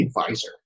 Advisor